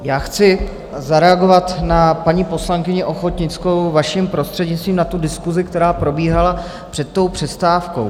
Já chci zareagovat na paní poslankyni Ochodnickou, vaším prostřednictvím, na tu diskusi, která probíhala před přestávkou.